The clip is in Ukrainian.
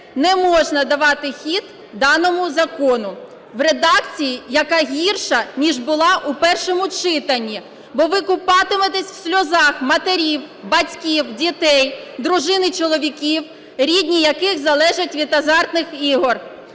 неможна давати хід даному закону в редакції, яка гірша, ніж була у першому читанні. Бо ви купатиметесь в сльозах матерів, батьків, дітей, дружин і чоловіків, рідні яких залежать від азартних ігор.